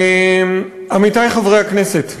עמיתי חברי הכנסת,